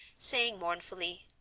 saying mournfully,